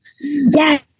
yes